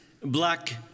Black